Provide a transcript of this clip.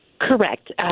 correct